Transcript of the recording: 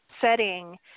setting